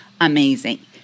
amazing